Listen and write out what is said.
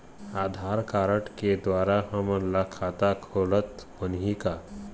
आधार card के द्वारा हमन ला खाता खोलत बनही का?